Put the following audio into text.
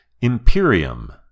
Imperium